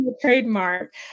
trademark